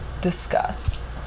discuss